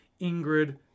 Ingrid